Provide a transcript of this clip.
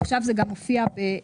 עכשיו זה גם מופיע באחוזים.